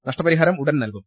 നഷ്ടപരിഹാരം ഉടൻ നല്കും